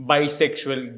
Bisexual